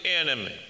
enemy